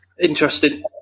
Interesting